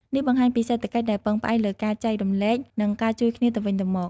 នេះបង្ហាញពីសេដ្ឋកិច្ចដែលពឹងផ្អែកលើការចែករំលែក និងការជួយគ្នាទៅវិញទៅមក។